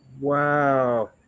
wow